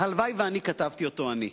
הלוואי שכתבתי אותו אני.